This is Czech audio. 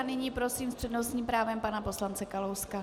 Nyní prosím s přednostním právem pana poslance Kalouska.